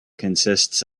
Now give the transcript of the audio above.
consists